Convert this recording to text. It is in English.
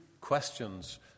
questions